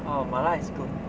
orh 麻辣 is good